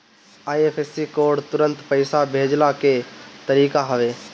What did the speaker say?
IFSC code तुरंत पईसा भेजला के तरीका हवे